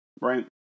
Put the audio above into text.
right